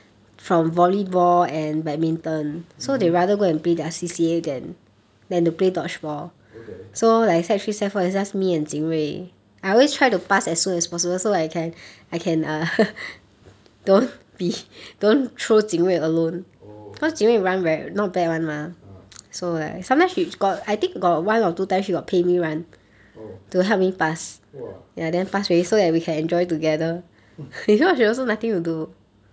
mmhmm okay oh ah oh !wah!